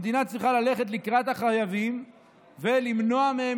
המדינה צריכה ללכת לקראת החייבים ולמנוע מהם